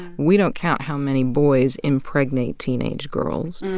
we don't count how many boys impregnate teenage girls.